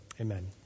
amen